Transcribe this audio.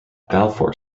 balfour